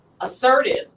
assertive